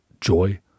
joy